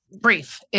brief